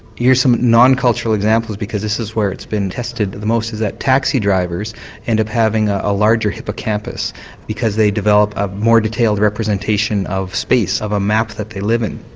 here's some non-cultural examples because this is where it's been tested the most, is that taxi drivers end up having a a larger hippocampus because they develop a more detailed representation of space of a map that they live in.